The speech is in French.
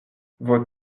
vos